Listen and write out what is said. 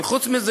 אבל חוץ מזה,